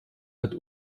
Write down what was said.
hat